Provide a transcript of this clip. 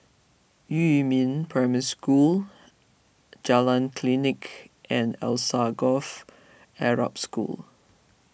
Yumin Primary School Jalan Klinik and Alsagoff Arab School